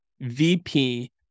VP